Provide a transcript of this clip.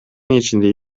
ичинде